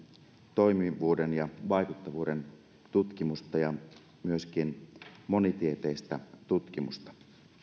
toimivuuden ja vaikuttavuuden tutkimusta ja myöskin monitieteistä tutkimusta